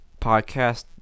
podcast